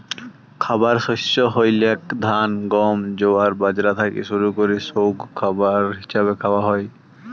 খাবার শস্য হইলেক ধান, গম, জোয়ার, বাজরা থাকি শুরু করি সৌগ খাবার হিছাবে খাওয়া হই